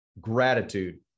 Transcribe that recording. gratitude